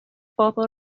bobl